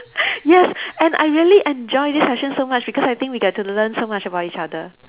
yes and I really enjoy this session so much because I think we get to learn so much about each other